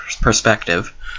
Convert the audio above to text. perspective